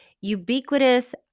ubiquitous